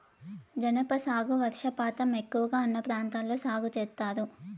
జనప సాగు వర్షపాతం ఎక్కువగా ఉన్న ప్రాంతాల్లో సాగు చేత్తారు